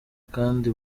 kandi